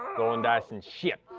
rolling dice and shit.